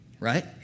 Right